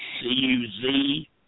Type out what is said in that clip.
C-U-Z